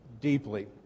deeply